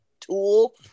tool